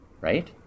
right